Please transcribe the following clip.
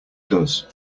does